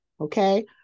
Okay